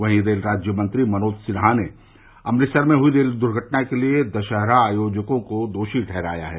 वहीं रेल राज्यमंत्री मनोज सिन्हा ने अमृतसर में हुई रेल दुर्घटना के लिए दशहरा आयोजकों को दोषी ठहराया है